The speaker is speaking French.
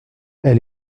elle